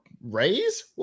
raise